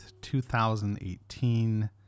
2018